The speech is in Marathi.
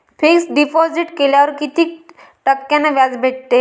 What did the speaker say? फिक्स डिपॉझिट केल्यावर कितीक टक्क्यान व्याज भेटते?